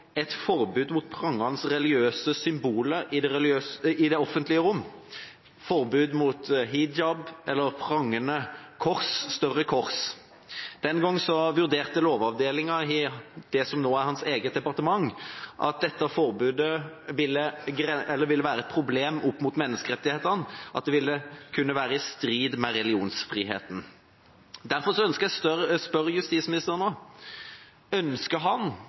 et forbud mot prangende religiøse symboler i det offentlige rom – forbud mot hijab eller prangende, større kors. Den gangen vurderte lovavdelingen i det som nå er hans eget departement, at dette forbudet ville være et problem med tanke på menneskerettighetene, og at det ville kunne være i strid med religionsfriheten. Derfor ønsker jeg å spørre justisministeren: Ønsker han